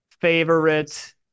favorite